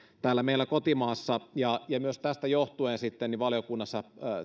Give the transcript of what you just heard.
täällä meillä kotimaassa ja myös tästä johtuen sitten valiokunnassa